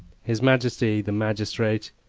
his majesty, the magistrate,